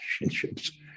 relationships